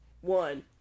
One